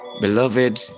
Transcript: Beloved